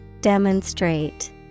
Demonstrate